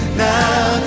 now